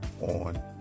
on